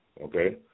Okay